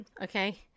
Okay